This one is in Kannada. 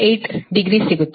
8 ಡಿಗ್ರಿ ಸಿಗುತ್ತದೆ